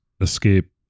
escape